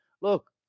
Look